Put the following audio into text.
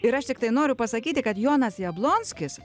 ir aš tiktai noriu pasakyti kad jonas jablonskis